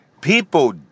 People